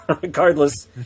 regardless